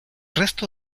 resto